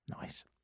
Nice